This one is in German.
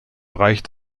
reicht